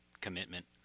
commitment